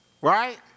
right